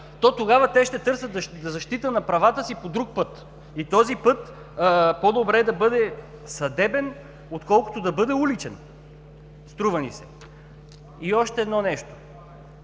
то тогава те ще търсят защита на правата си по друг път и този път е по-добре да бъде съдебен, отколкото да бъде уличен, струва ни се. И още едно нещо.